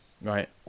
right